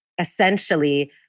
essentially